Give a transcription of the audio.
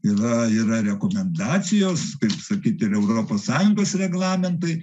yra yra rekomendacijos kaip sakyt ir europos sąjungos reglamentai